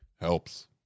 helps